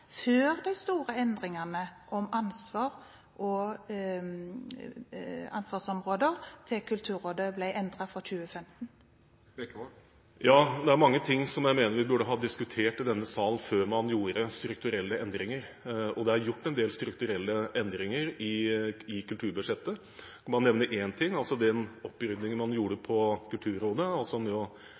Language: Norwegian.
før de store endringene om ansvar og ansvarsområder til Kulturrådet ble endret for 2015? Ja, det er mange ting jeg mener vi burde ha diskutert i denne sal før man gjorde strukturelle endringer, og det er gjort en del strukturelle endringer i kulturbudsjettet. Man nevner én ting, den oppryddingen man gjorde på Kulturrådet ved å kutte på post 74 og